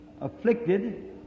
afflicted